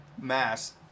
Mass